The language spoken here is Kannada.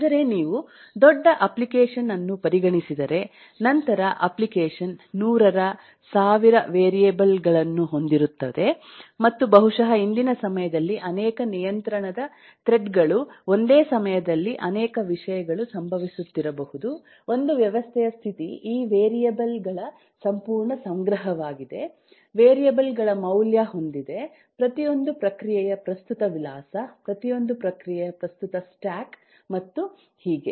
ಆದರೆ ನೀವು ದೊಡ್ಡ ಅಪ್ಲಿಕೇಶನ್ ಅನ್ನು ಪರಿಗಣಿಸಿದರೆ ನಂತರ ಅಪ್ಲಿಕೇಶನ್ 100 ರ 1000 ವೇರಿಯೇಬಲ್ ಗಳನ್ನು ಹೊಂದಿರುತ್ತದೆ ಮತ್ತು ಬಹುಶಃ ಇಂದಿನ ಸಮಯದಲ್ಲಿ ಅನೇಕ ನಿಯಂತ್ರಣದ ಥ್ರೆಡ್ ಗಳು ಒಂದೇ ಸಮಯದಲ್ಲಿ ಅನೇಕ ವಿಷಯಗಳು ಸಂಭವಿಸುತ್ತಿರಬಹುದು ಒಂದು ವ್ಯವಸ್ಥೆಯ ಸ್ಥಿತಿ ಈ ವೇರಿಯೇಬಲ್ ಗಳ ಸಂಪೂರ್ಣ ಸಂಗ್ರಹವಾಗಿದೆ ವೇರಿಯೇಬಲ್ ಗಳ ಮೌಲ್ಯ ಹೊಂದಿದೆ ಪ್ರತಿಯೊಂದು ಪ್ರಕ್ರಿಯೆಯ ಪ್ರಸ್ತುತ ವಿಳಾಸ ಪ್ರತಿಯೊಂದು ಪ್ರಕ್ರಿಯೆಯ ಪ್ರಸ್ತುತ ಸ್ಟ್ಯಾಕ್ ಮತ್ತು ಹೀಗೆ